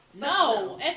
No